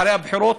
אחרי הבחירות,